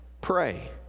pray